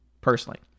Personally